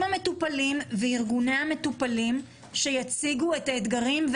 המטופלים ועם ארגוני המטופלים שיציגו את האתגרים,